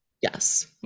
Yes